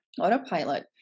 autopilot